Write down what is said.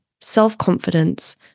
self-confidence